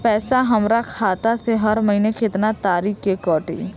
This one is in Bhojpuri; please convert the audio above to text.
पैसा हमरा खाता से हर महीना केतना तारीक के कटी?